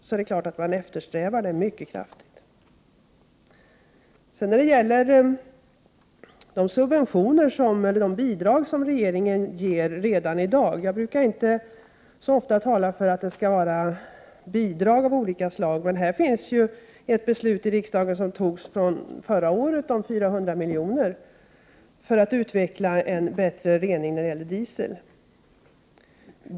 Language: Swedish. Det är klart att man eftersträvar det mycket kraftigt. Regeringen ger bidrag redan i dag. Jag brukar inte så ofta tala för bidrag av olika slag, men här finns ju ett beslut av riksdagen, som togs förra året, om 400 miljoner för att utveckla en bättre rening av diesel.